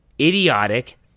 idiotic